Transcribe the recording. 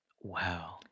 Wow